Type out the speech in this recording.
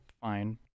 fine